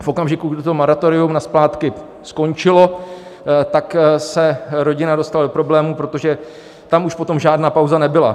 V okamžiku, kdy to moratorium na splátky skončilo, tak se rodina dostala do problémů, protože tam už potom žádná pauza nebyla.